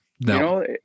No